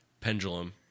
pendulum